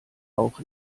auch